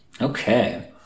Okay